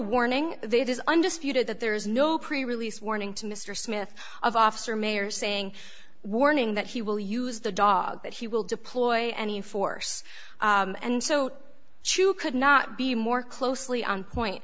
warning there is undisputed that there is no prerelease warning to mr smith of officer mayor saying warning that he will use the dog that he will deploy any force and so chew could not be more closely on point